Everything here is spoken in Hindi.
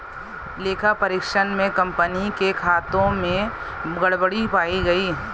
लेखा परीक्षण में कंपनी के खातों में गड़बड़ी पाई गई